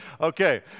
Okay